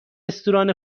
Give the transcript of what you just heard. رستوران